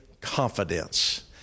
confidence